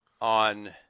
on